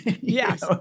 Yes